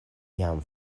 jam